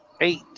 eight